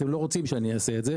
אתם לא רוצים שאני אעשה את זה,